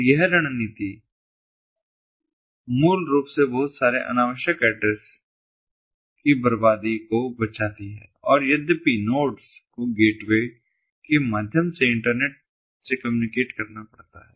तो यह रणनीतिstrategy मूल रूप से बहुत सारे अनावश्यक एड्रेस की बर्बादी को बचाती है और यद्यपि नोड्स को गेटवे के माध्यम से इंटरनेट से कम्युनिकेट करना पड़ता है